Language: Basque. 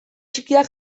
txikiak